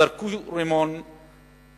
וזרקו רימון והשומר,